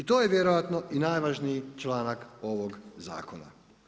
I to je vjerojatno i najvažniji članak ovog zakona.